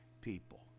people